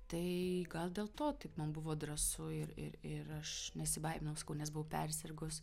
tai gal dėl to taip man buvo drąsu ir ir ir aš nesibaiminau nes buvau persirgus